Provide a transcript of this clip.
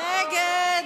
מי נגד?